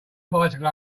bicycle